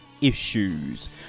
issues